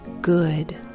good